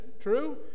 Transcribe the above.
true